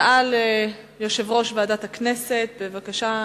הודעה ליושב-ראש ועדת הכנסת, בבקשה.